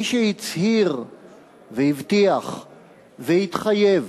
מי שהצהיר והבטיח והתחייב